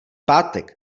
pátek